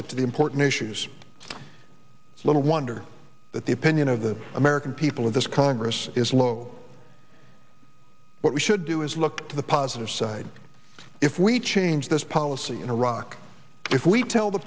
get to the important issues it's little wonder that the opinion of the american people of this congress is low but we should do is look to the positive side if we change this policy in iraq if we tell the